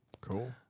Cool